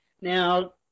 Now